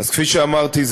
כפי שאמרתי,